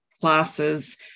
classes